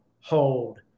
hold